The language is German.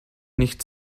nicht